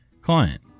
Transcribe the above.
Client